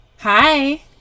Hi